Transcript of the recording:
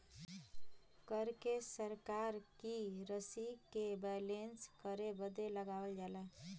कर के सरकार की रशी के बैलेन्स करे बदे लगावल जाला